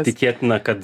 tikėtina kad